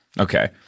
Okay